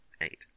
eight